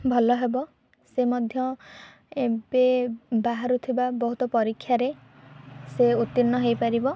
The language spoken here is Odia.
ଭଲ ହେବ ସେ ମଧ୍ୟ ଏବେ ବାହାରୁ ଥିବା ବହୁତ ପରୀକ୍ଷାରେ ସେ ଉତ୍ତୀର୍ଣ୍ଣ ହୋଇ ପାରିବ